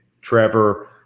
Trevor